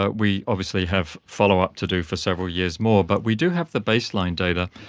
ah we obviously have follow-up to do for several years more. but we do have the baseline data.